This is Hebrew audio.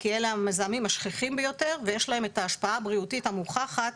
כי אלה המזהמים השכיחים ביותר ויש להם את ההשפעה הבריאותית המוכחת